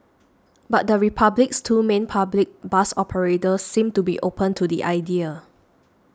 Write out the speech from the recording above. but the Republic's two main public bus operators seem to be open to the idea